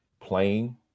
playing